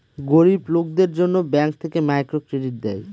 গরিব লোকদের জন্য ব্যাঙ্ক থেকে মাইক্রো ক্রেডিট দেয়